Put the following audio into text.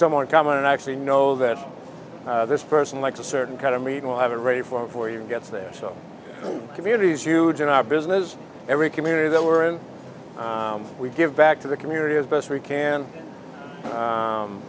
someone come in and actually know that this person likes a certain kind of meat we'll have it ready for for you gets there so communities huge in our business every community that we're in we give back to the community as best we can